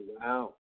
wow